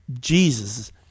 Jesus